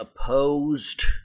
opposed